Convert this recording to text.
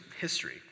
history